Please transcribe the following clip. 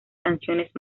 canciones